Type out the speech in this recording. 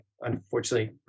Unfortunately